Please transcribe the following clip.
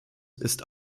ist